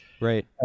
right